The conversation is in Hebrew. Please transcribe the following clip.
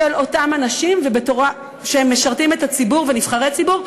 של אותם אנשים שמשרתים את הציבור ונבחרי הציבור.